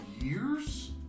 years